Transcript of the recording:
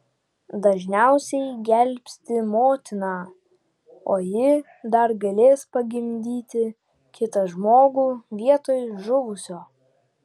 dažniausiai gelbsti motiną o ji dar galės pagimdyti kitą žmogų vietoj žuvusio